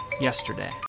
yesterday